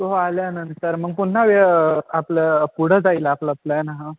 हो आल्यानंतर मग पुन्हा वेळ आपलं पुढं जाईल आपलं प्लॅन हा